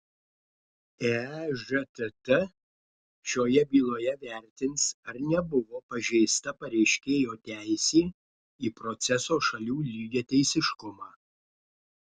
ežtt šioje byloje vertins ar nebuvo pažeista pareiškėjo teisė į proceso šalių lygiateisiškumą